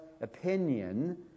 opinion